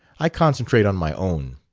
i concentrate on my own.